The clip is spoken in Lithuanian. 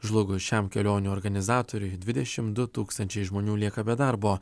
žlugus šiam kelionių organizatoriui dvidešim du tūkstančiai žmonių lieka be darbo